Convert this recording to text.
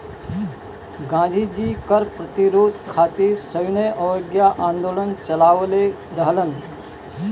गांधी जी कर प्रतिरोध खातिर सविनय अवज्ञा आन्दोलन चालवले रहलन